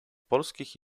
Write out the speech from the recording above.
polskich